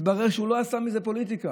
מתברר שהוא לא עשה מזה פוליטיקה,